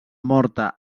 morta